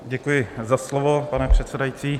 Děkuji za slovo, pane předsedající.